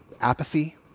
apathy